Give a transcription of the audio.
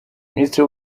minisitiri